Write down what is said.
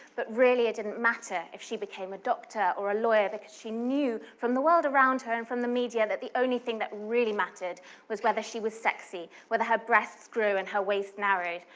but really it didn't matter if she became a doctor or a lawyer, because she knew from the world around her and from the media, that the only thing that really mattered was whether she was sexy, whether her breasts grew and her waist narrowed,